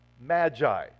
magi